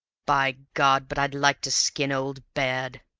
by god, but i'd like to skin old baird!